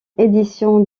éditions